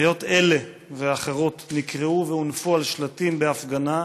קריאות אלה ואחרות נקראו והונפו על שלטים בהפגנה